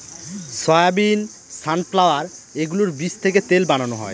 soybean, sunflower এগুলোর বীজ থেকে তেল বানানো হয়